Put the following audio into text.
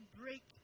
break